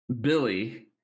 Billy